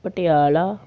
Patiala